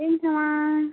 ᱤᱧ